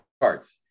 cards